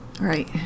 Right